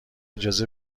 اجازه